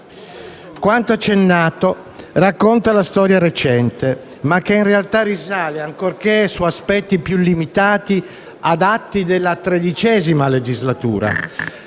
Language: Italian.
Quanto accennato racconta la storia recente, ma che in realtà risale, ancorché su aspetti più limitati, ad atti della XIII legislatura,